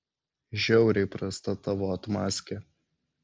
žiauriai prasta tavo atmazkė